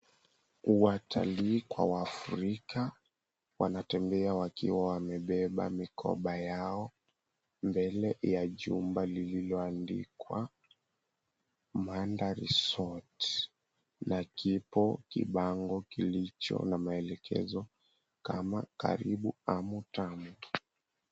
Watalii kwa Waafrika wanatembea wakiwa wamebeba mikoba yao mbele ya jumba lililoandikwa Manda Resort na kipo kibango kilicho na maelekezo kama karibu au tamu.